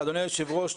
אדוני היושב-ראש,